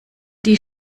die